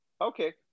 Okay